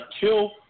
kill